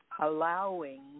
allowing